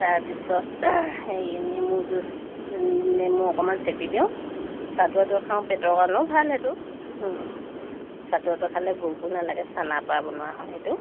তাৰপিছত হেৰি নেমু জুচ নেমু অকমান চেপি দিওঁ চাটোৱটো খাওঁ পেটৰ কাৰণেও ভাল সেইটো চাটোৱাটো খালে ভোকো নালাগে চানাৰপৰা বনোৱা হয় সেইটো